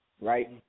right